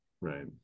right